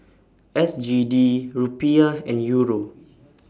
S G D Rupiah and Euro